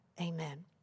Amen